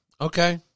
Okay